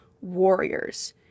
warriors